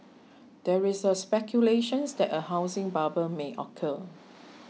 there is a speculation that a housing bubble may occur